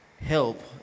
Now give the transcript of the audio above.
Help